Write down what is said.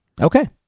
Okay